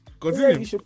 Continue